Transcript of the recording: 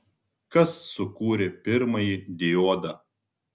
kas sukūrė pirmąjį diodą